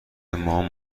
مام